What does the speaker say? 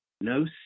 no